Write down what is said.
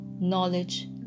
knowledge